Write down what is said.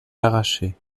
arrachés